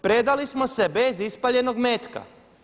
Predali smo se bez ispaljenog metka.